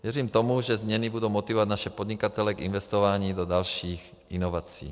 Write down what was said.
Věřím tomu, že změny budou motivovat naše podnikatele k investování do dalších inovací.